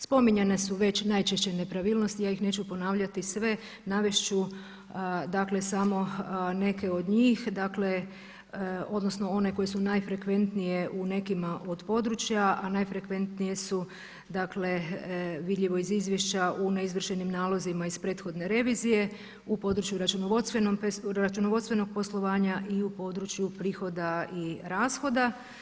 Spominjane su već najčešće nepravilnosti, ja ih neću ponavljati sve, navest ću dakle samo neke od njih odnosno one koje su najfrekventnije u nekima od područja, a najfrekventnije su dakle vidljivo je iz izvješća u neizvršenim nalozima iz prethodne revizije u području računovodstvenog poslovanja i u području prihoda i rashoda.